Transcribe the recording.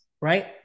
right